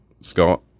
Scott